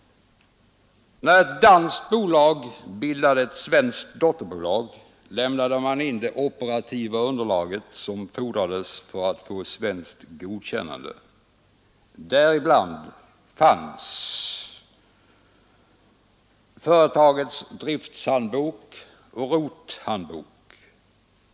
När ett danskt bolag bildade ett svenskt dotterbolag lämnade bolaget in det operativa underlag som fordrades för svenskt godkännande. Däribland fanns företagets drifthandbok och routehandbok.